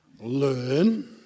learn